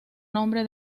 nombre